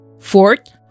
Fourth